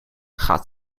gaat